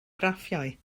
graffiau